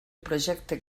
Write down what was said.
projecte